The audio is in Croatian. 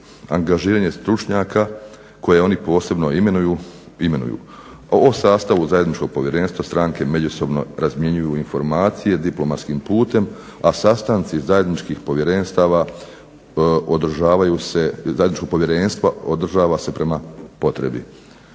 angažiranje stručnjaka koje oni posebno imenuju. O sastavu zajedničkog povjerenstva stranke međusobno razmjenjuju informacije diplomatskim putem, a sastanci zajedničkih povjerenstava održavaju se, …/Ne